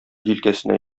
җилкәсенә